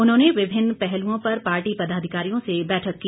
उन्होंने विभिन्न पहलुओं पर पार्टी पदाधिकारियों से बैठक की